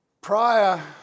Prior